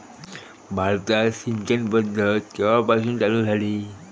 भारतात सिंचन पद्धत केवापासून चालू झाली?